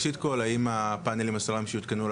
ראשית כל: האם הפאנלים הסולריים שיותקנו על